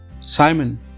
Simon